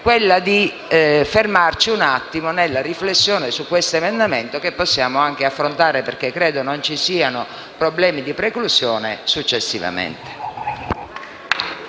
quella di fermarci nella riflessione su questo emendamento, che possiamo anche affrontare, dal momento che non sussistono problemi di preclusione, successivamente.